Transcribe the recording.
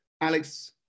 Alex